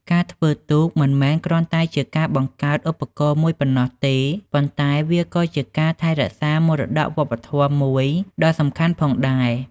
ការធ្វើទូកមិនមែនគ្រាន់តែជាការបង្កើតឧបករណ៍មួយប៉ុណ្ណោះទេ ប៉ុន្តែវាក៏ជាការថែរក្សាមរតកវប្បធម៌មួយដ៏សំខាន់ផងដែរ។